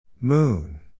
Moon